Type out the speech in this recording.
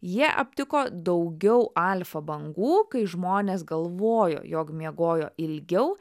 jie aptiko daugiau alfa bangų kai žmonės galvojo jog miegojo ilgiau